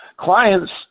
Clients